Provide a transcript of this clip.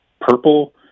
Purple